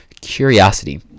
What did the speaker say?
curiosity